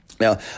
Now